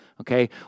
Okay